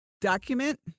document